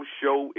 show